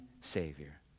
Savior